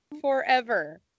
forever